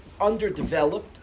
underdeveloped